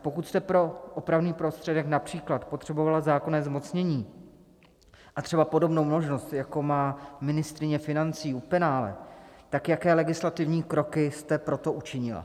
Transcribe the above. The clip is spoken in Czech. Pokud jste pro opravný prostředek například potřebovala zákonné zmocnění a třeba podobnou možnost, jako má ministryně financí u penále, tak jaké legislativní kroky jste pro to učinila?